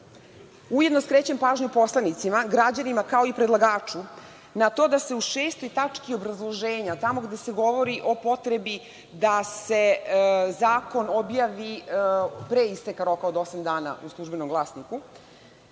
Ujedno skrećem pažnju poslanicima, građanima kao i predlagaću na to da se u šestoj tački obrazloženja, tamo gde se govori o potrebi da se zakon objavi pre isteka roka od osam dana u „Službenog glasniku“,